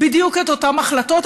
בדיוק את אותן החלטות.